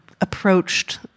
approached